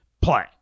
play